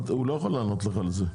הוא לא יכול לענות לך על זה.